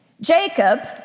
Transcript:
Jacob